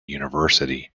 university